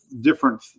different